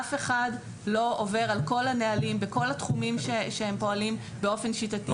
אף אחד לא עובר על כל הנהלים בכל התחומים שהם פועלים באופן שיטתי.